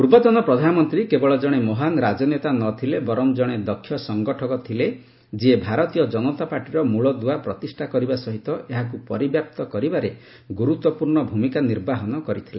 ପୂର୍ବତନ ପ୍ରଧାନମନ୍ତ୍ରୀ କେବଳ ଜଣେ ମହାନ୍ ରାଜନେତା ନଥିଲେ ବରଂ ଜଣେ ଦକ୍ଷ ସଂଗଠକ ଥିଲେ ଯିଏ ଭାରତୀୟ ଜନତା ପାର୍ଟିର ମୂଳଦୁଆ ପ୍ରତିଷ୍ଠା କରିବା ସହିତ ଏହାକୁ ପରିବ୍ୟାପ୍ତ କରିବାରେ ଗୁରୁତ୍ୱପୂର୍୍ଣ୍ଣ ଭୂମିକା ନିର୍ବାହନ କରିଥିଲେ